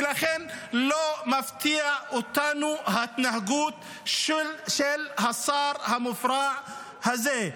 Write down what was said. ולכן לא מפתיעה אותנו ההתנהגות של השר המופרע הזה,